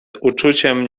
uczuciem